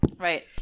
right